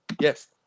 Yes